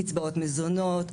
לקצבאות מזונות,